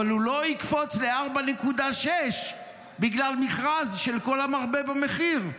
אבל הוא לא יקפוץ ב-4.6 בגלל מכרז של כל המרבה במחיר.